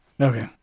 Okay